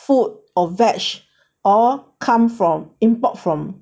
food or veg~ all come from import from